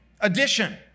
addition